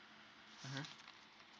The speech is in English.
mmhmm